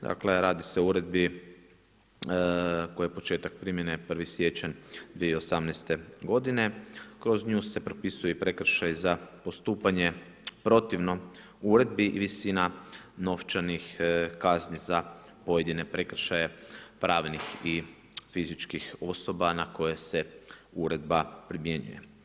Dakle, radi se o uredbi kojoj je početak primjene 1. siječanj 2018. g, kroz nju se propisuje i prekršaj za postupanje protivno uredbi i visina novčanih kazni za pojedine prekršaje pravnih i fizičkih osoba na koje se uredba primjenjuje.